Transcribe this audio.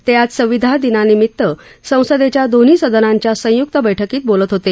ते आज संविधानदिना निमित संसदेच्या दोन्ही सदनांच्या संयुक्त बैठकीत बोलत होते